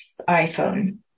iPhone